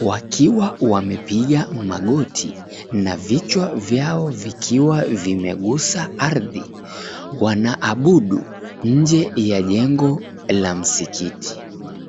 wakiwa wamepiga magoti na vichwa vyao vikiwa vimegusa ardhi wanaabudu nje ya jengo la msikiti.